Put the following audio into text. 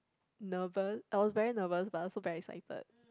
nervous I was very nervous but also very excited